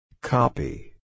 Copy